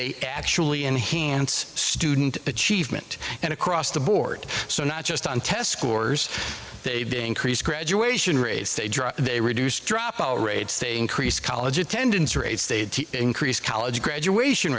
they actually enhance student achievement and across the board so not just on test scores they increase graduation rates they drop they reduce dropout rates they increase college attendance rates they increase college graduation